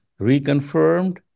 reconfirmed